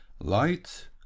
light